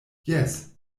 jes